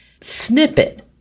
snippet